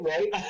Right